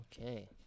okay